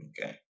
Okay